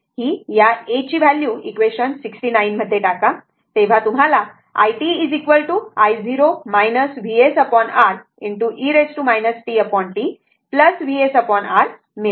हि या A ची व्हॅल्यू इक्वेशन 69 मध्ये टाका तेव्हा तुम्हाला it i0 VsR e tT VsR मिळेल